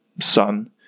sun